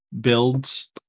builds